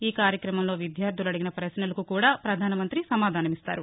ఈ కార్యక్రమంలో విద్యార్థులు అడిగిన ప్రపశ్నలకు కూడా ప్రపధానమంతి సమాధానమిస్తారు